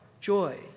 joy